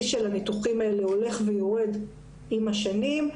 של הניתוחים האלה הולך ויורד עם השנים.